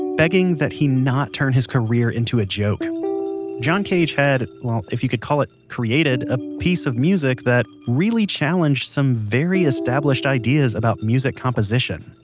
begging that he not turn his career into a joke john cage had, well if you could call it created a piece of music that really challenged some very established ideas about music composition.